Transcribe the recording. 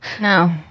No